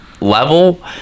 level